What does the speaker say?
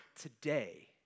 today